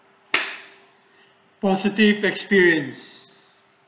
positive experience